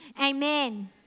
Amen